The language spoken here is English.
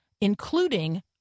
including